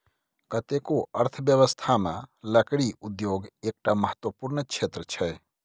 कतेको अर्थव्यवस्थामे लकड़ी उद्योग एकटा महत्वपूर्ण क्षेत्र छै